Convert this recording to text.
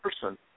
person